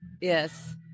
Yes